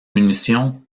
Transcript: munition